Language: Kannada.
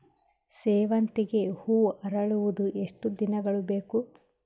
ಸೇವಂತಿಗೆ ಹೂವು ಅರಳುವುದು ಎಷ್ಟು ದಿನಗಳು ಬೇಕು?